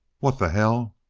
what the hell